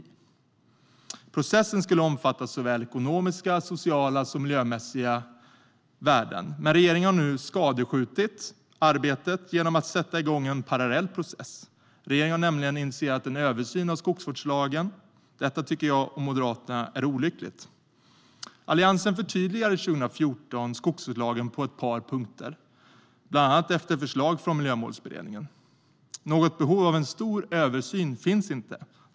Processen skulle omfatta såväl ekonomiska som sociala och miljömässiga värden, men regeringen har nu skadeskjutit arbetet genom att sätta igång en parallell process. Regeringen har nämligen initierat en översyn av skogsvårdslagen. Detta tycker jag och Moderaterna är olyckligt. Alliansen förtydligade 2014 skogsvårdslagen på ett par punkter, bland annat efter förslag från Miljömålsberedningen. Något behov av en stor översyn finns inte.